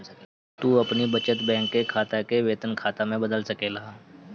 तू अपनी बचत बैंक के खाता के वेतन खाता में बदल सकेला